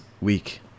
week